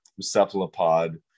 cephalopod